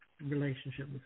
relationship